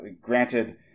Granted